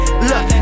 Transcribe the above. Look